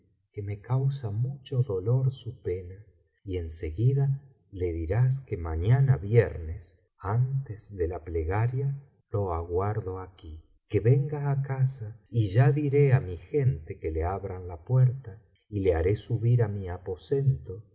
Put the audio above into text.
que me causa mucho dolor su pena y en seguida le dirás que mañana viernes antes de la plegaria le aguardo aquí que venga á casa y ya diré á mi gente que le abran la puerta y le haré subir á mi aposento